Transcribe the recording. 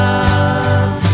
love